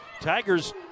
Tigers